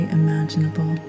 imaginable